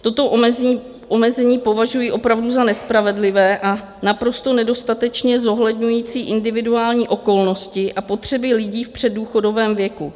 Toto omezení považuji opravdu za nespravedlivé a naprosto nedostatečně zohledňující individuální okolnosti a potřeby lidí v předdůchodovém věku.